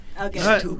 Okay